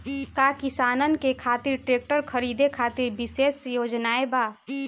का किसानन के खातिर ट्रैक्टर खरीदे खातिर विशेष योजनाएं बा?